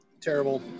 terrible